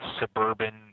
suburban